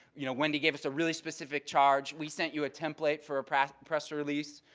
you know, wendy gave us a really specific charge. we sent you a template for a press press release.